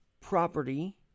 property